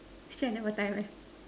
actually I never time eh